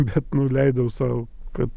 bet nu leidau sau kad